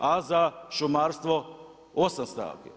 A za šumarstvo 8 stavki.